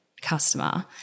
customer